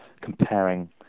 comparing